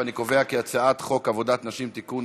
ואני קובע כי הצעת חוק עבודת נשים (תיקון,